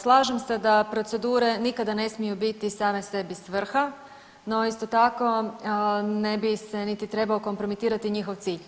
Slažem se da procedure nikada ne smiju biti same sebi svrha, no isto tako ne bi se niti trebao kompromitirati njihov cilj.